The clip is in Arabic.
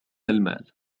المال